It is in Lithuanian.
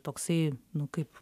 toksai nu kaip